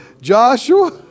Joshua